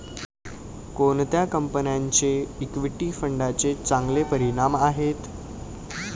कोणत्या कंपन्यांचे इक्विटी फंडांचे चांगले परिणाम आहेत?